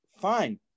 fine